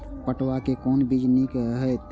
पटुआ के कोन बीज निक रहैत?